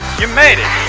you made it!